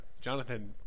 Jonathan